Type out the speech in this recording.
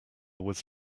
was